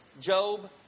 Job